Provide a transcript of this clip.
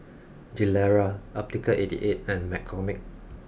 Gilera Optical eighty eight and McCormick